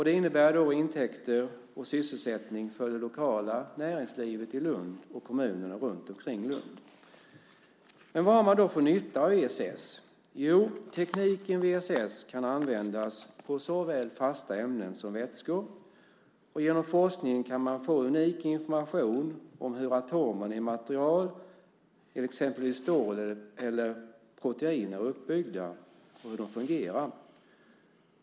Det innebär intäkter och sysselsättning för det lokala näringslivet i Lund och kommunerna runtomkring Lund. Vad har man då för nytta av ESS? Jo, tekniken vid ESS kan användas på såväl fasta ämnen som vätskor. Genom forskningen kan man få unik information om atomerna i ett material, exempelvis stål eller proteiner, hur det är uppbyggt och hur det fungerar.